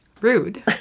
Rude